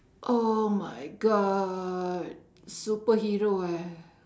oh my god superhero ah